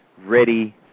ready